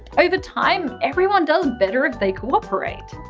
over time, everyone does better if they cooperate.